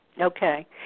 Okay